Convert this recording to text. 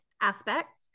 aspects